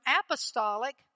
apostolic